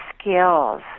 skills